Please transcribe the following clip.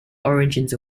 origins